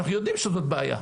אנחנו יודעים שזאת בעיה.